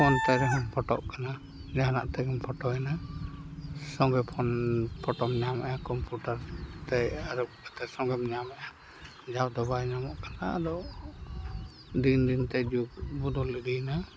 ᱯᱷᱳᱱᱛᱮ ᱨᱮᱦᱚᱸ ᱯᱷᱚᱴᱚᱜ ᱠᱟᱱᱟ ᱡᱟᱦᱟᱱᱟᱜ ᱛᱮᱜᱮᱢ ᱯᱷᱚᱴᱚᱭᱱᱟ ᱥᱚᱸᱜᱮ ᱯᱷᱳᱱ ᱯᱷᱚᱴᱚᱢ ᱧᱟᱢᱮᱜᱼᱟ ᱠᱚᱢᱯᱩᱴᱟᱨ ᱛᱮ ᱟᱹᱨᱩᱯ ᱠᱟᱛᱮ ᱥᱚᱸᱜᱮᱢ ᱧᱟᱢᱮᱜᱼᱟ ᱡᱟᱣ ᱫᱚ ᱵᱟᱭ ᱧᱟᱢᱚᱜ ᱠᱟᱱᱟ ᱟᱫᱚ ᱫᱤᱱ ᱫᱤᱱᱛᱮ ᱡᱩᱜᱽ ᱵᱚᱫᱚᱞ ᱤᱫᱤᱭᱮᱱᱟ